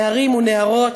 נערים ונערות,